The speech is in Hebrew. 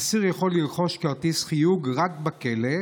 אסיר יכול לרכוש כרטיס חיוג רק בכלא,